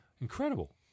Incredible